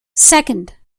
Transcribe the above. second